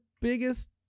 biggest